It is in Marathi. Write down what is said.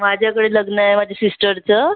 माझ्याकडे लग्न आहे माझ्या सिस्टरचं